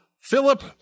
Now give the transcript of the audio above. Philip